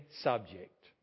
subject